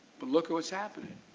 but look at what is happening.